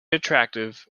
attractive